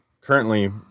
currently